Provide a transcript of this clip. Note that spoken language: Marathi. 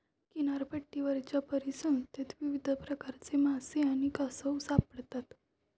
किनारपट्टीवरच्या परिसंस्थेत विविध प्रकारचे मासे आणि कासव सापडतात